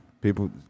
People